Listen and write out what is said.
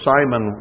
Simon